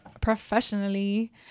professionally